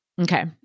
Okay